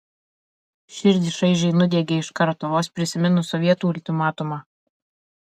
širdį šaižiai nudiegė iš karto vos prisiminus sovietų ultimatumą